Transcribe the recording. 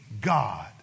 God